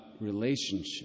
relationship